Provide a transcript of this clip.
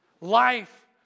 Life